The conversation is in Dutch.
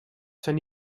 zijn